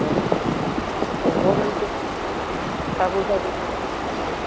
আচ্ছা আচ্ছা ও ঠাকুর টাকুর